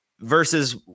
versus